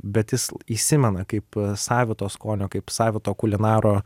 bet jis įsimena kaip savito skonio kaip savito kulinaro